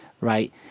right